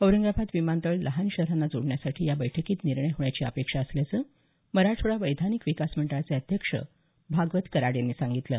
औरंगाबाद विमानतळ लहान शहरांना जोडण्यासाठी या बैठकीत निर्णय होण्याची अपेक्षा असल्याचं मराठवाडा वैधानिक विकास मंडळाचे अध्यक्ष भागवत कराड यांनी सांगितलं आहे